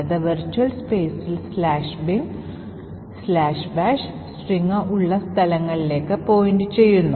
അത് വെർച്വൽ സ്പേസിൽ "binbash" string ഉള്ള സ്ഥലങ്ങളിലേക്ക് point ചെയ്യുന്നു